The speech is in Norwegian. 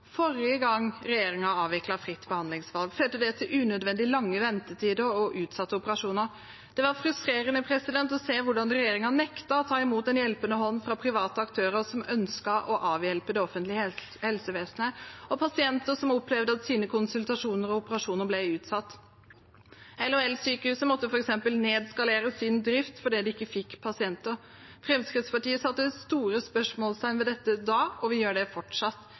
Forrige gang regjeringen avviklet fritt behandlingsvalg, førte det til unødvendig lange ventetider og utsatte operasjoner. Det var frustrerende å se hvordan regjeringen nektet å ta imot en hjelpende hånd fra private aktører som ønsket å avhjelpe det offentlige helsevesenet, og pasienter som opplevde at sine konsultasjoner og operasjoner ble utsatt. LHL-sykehuset måtte f.eks. nedskalere sin drift fordi de ikke fikk pasienter. Fremskrittspartiet satte store spørsmålstegn ved dette da, og vi gjør det fortsatt.